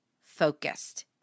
focused